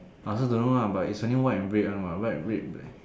I also don't know lah but it's only white and red one what white red and black